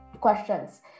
questions